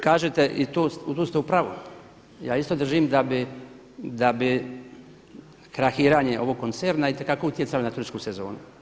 Kažete i tu ste u pravu, ja isto držim da bi krahiranje ovog koncerna itekako utjecalo na turističku sezonu.